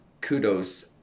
kudos